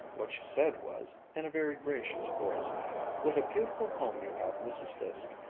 what she said was, in a very gracious voice what a beautiful home you have, mrs. fiske!